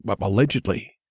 allegedly